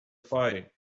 fighting